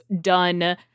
done